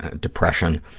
ah depression,